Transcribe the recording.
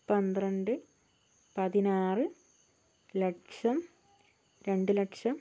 പന്ത്രണ്ട് പതിനാറ് ലക്ഷം രണ്ട് ലക്ഷം